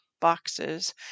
boxes